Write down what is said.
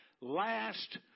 last